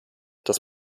das